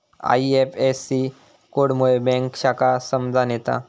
IFSC code मुळे bank शाखा समजान येता